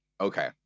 okay